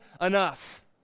enough